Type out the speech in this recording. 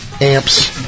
amps